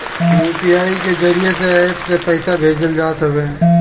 UPI के जरिया से एप्प से पईसा भेजल जात हवे